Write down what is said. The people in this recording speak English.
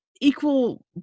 equal